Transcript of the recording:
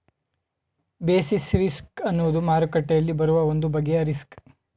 basis risk ಅನ್ನುವುದು ಮಾರುಕಟ್ಟೆಯಲ್ಲಿ ಬರುವ ಒಂದು ಬಗೆಯ ರಿಸ್ಕ್